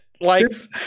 likes